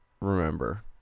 remember